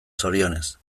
zorionez